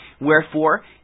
Wherefore